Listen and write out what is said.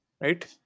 right